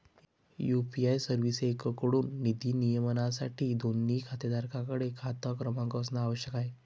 UPI सर्व्हिसेसएकडून निधी नियमनासाठी, दोन्ही खातेधारकांकडे खाता क्रमांक असणे आवश्यक आहे